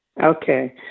Okay